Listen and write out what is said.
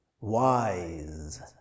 wise